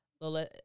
Lola